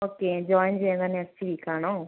okay join ചെയ്യുന്നത് next week ആണോ